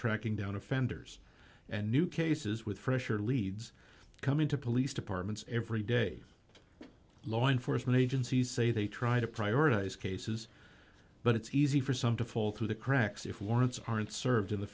tracking down offenders and new cases with pressure leads coming to police departments every day law enforcement agencies say they try to prioritize cases but it's easy for some to fall through the cracks if warrants aren't served in